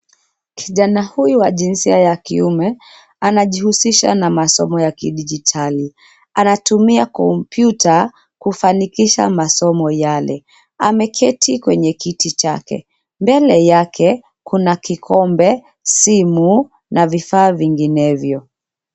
Kijana huyu wa jinsia ya kiume anajihusisha na masomo ya kidijitali. Anatumia kompyuta kufanikisha masomo yale. Ameketi kwenye kiti chake. Mbele yake kuna kikombe, simu na vifaa vinginevyo.